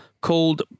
called